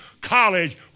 college